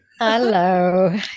Hello